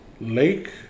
Lake